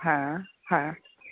હા હા